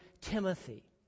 Timothy